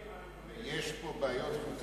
7, נגד,